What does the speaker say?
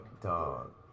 Dog